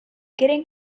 getting